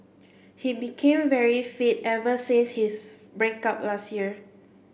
he became very fit ever since his break up last year